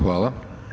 Hvala.